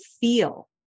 feel